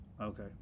okay